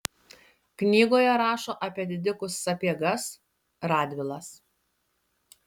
knygoje rašo apie didikus sapiegas radvilas